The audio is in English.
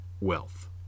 wealth